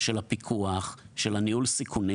הפיקוח וניהול הסיכונים